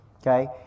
okay